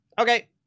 Okay